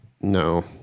No